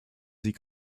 sie